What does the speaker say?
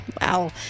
Wow